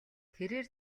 тэрээр